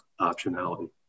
optionality